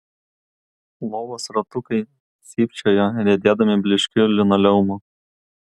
lovos ratukai cypčiojo riedėdami blyškiu linoleumu